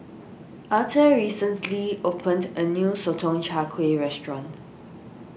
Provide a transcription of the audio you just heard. Arthur recently opened a new Sotong Char Kway restaurant